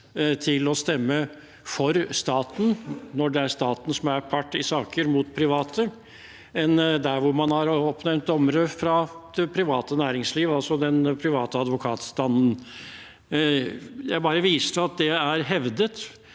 til å stemme for staten når staten er part i saker mot private, enn der man har oppnevnt dommere fra det private næringsliv, altså den private advokatstanden. Jeg bare viser til at det er hevdet.